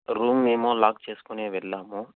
room మేము lock చేసుకొనే వెళ్ళాము